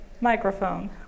microphone